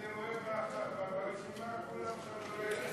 אני רואה ברשימה, כולם חברי כנסת